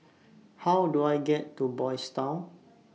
How Do I get to Boys' Town